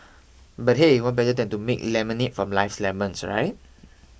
but hey what better than to make lemonade from life's lemons right